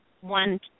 one